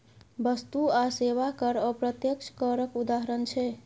बस्तु आ सेबा कर अप्रत्यक्ष करक उदाहरण छै